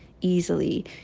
easily